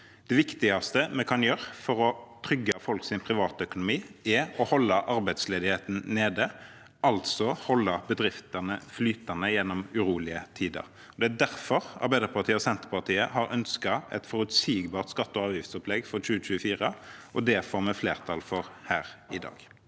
Det viktigste vi kan gjøre for å trygge folks privatøkonomi, er å holde arbeidsledigheten nede – altså holde bedriftene flytende gjennom urolige tider. Det er derfor Arbeiderpartiet og Senterpartiet har ønsket et forutsigbart skatte- og avgiftsopplegg for 2024, og det får vi flertall for her i dag.